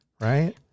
right